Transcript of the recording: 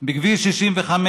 בכביש 65,